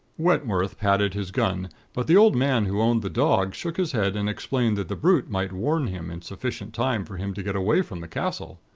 wentworth patted his gun but the old man who owned the dog shook his head and explained that the brute might warn him in sufficient time for him to get away from the castle.